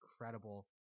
incredible